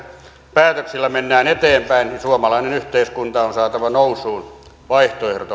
päätöksillä mennään eteenpäin ja suomalainen yhteiskunta on saatava nousuun vaihtoehdot